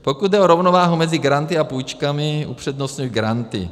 Pokud jde o rovnováhu mezi granty a půjčkami, upřednostňuji granty.